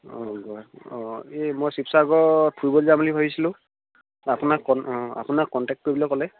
অঁ গোৱা অঁ এই মই শিৱসাগৰ ফুৰিবলৈ যাম বুলি ভাবিছিলোঁ আপোনাক ক অঁ আপোনাক কণ্টেক্ট কৰিবলৈ ক'লে